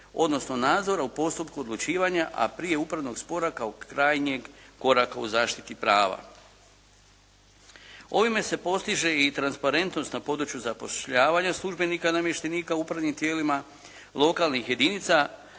odnosno nadzora u postupku odlučivanja, a prije upravnog spora kao krajnjeg koraka u zaštiti prava. Ovime se postiže i transparentnost na području zapošljavanja službenika i namještenika u upravnim tijelima lokalnih jedinica